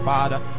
Father